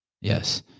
yes